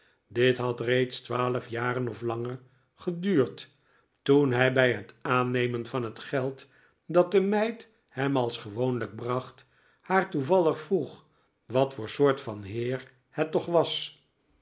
dit had reeds twaalf jaren of langer geduurd toen hij bij het aannemen van het geld dat de meid hem als gewoonlijk bracht haar toevallig vroeg wat voor soort van heer het toch was